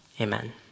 Amen